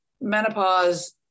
menopause